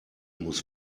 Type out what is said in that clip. muss